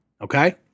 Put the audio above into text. Okay